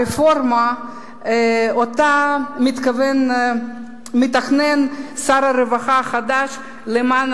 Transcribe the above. הרפורמה שמתכנן שר הרווחה החדש למען